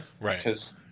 Right